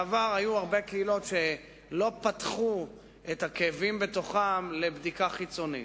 בעבר היו הרבה קהילות שלא פתחו את הכאבים בתוכן לבדיקה חיצונית.